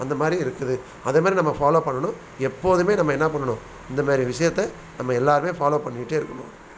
அந்த மாதிரியும் இருக்குது அது மாரி நம்ம ஃபாலோவ் பண்ணணும் எப்போதுமே நம்ம என்ன பண்ணணும் இந்த மாரி விஷயத்தை நம்ம எல்லாேருமே ஃபாலோவ் பண்ணிகிட்டே இருக்கணும்